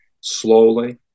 slowly